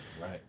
Right